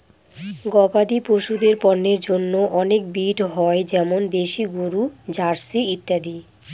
গবাদি পশুদের পন্যের জন্য অনেক ব্রিড হয় যেমন দেশি গরু, জার্সি ইত্যাদি